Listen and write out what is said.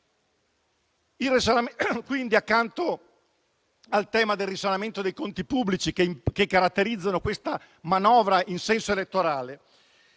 fare? Accanto al tema del risanamento dei conti pubblici che caratterizzano questa manovra in senso elettorale,